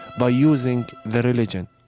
by using the religion